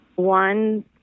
one